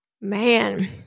man